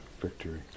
victory